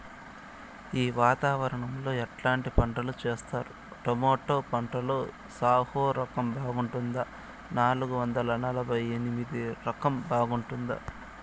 ఈ వాతావరణం లో ఎట్లాంటి పంటలు చేస్తారు? టొమాటో పంటలో సాహో రకం బాగుంటుందా నాలుగు వందల నలభై ఎనిమిది రకం బాగుంటుందా?